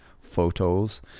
photos